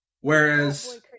Whereas